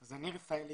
אני רפאל איטח,